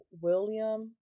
William